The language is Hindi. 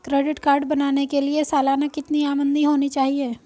क्रेडिट कार्ड बनाने के लिए सालाना कितनी आमदनी होनी चाहिए?